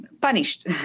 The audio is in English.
punished